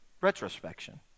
retrospection